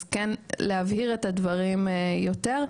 אז כן להבהיר את הדברים יותר.